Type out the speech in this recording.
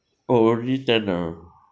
oh already ten ah